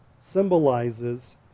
symbolizes